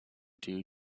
due